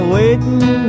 Waiting